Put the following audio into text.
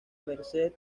merced